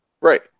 Right